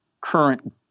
current